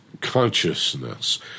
consciousness